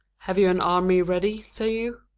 have you an army ready, say you?